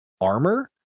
armor